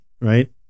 right